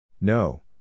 No